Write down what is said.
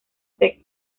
sexo